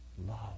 love